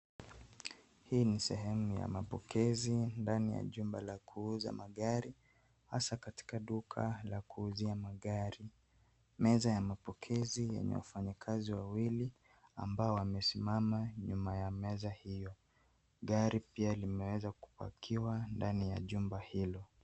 Hii ni sehemu ya mapokezi ndani ya jumba la kuuza magari hasa katika duka la kuuzia magari, meza ya mapokezi ya wafanyakazi wawili ambao wamesimama nyuma ya meza hiyo, gari pia limeweza kupakiwa ndani ya jumba hilo.